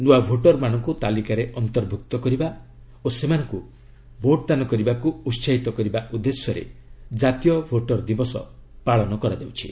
ନୂଆ ଭୋଟର ମାନଙ୍କୁ ତାଲିକାରେ ଅନ୍ତର୍ଭୁକ୍ତ କରିବା ଓ ସେମାନଙ୍କୁ ଭୋଟ୍ଦାନ କରିବାକୁ ଉତ୍ସାହିତ କରିବା ଉଦ୍ଦେଶ୍ୟରେ ଜାତୀୟ ଭୋଟର ଦିବସ ପାଳନ କରାଯାଉଛି